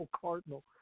Cardinal